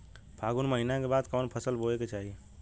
फागुन महीना के बाद कवन फसल बोए के चाही?